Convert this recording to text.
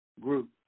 group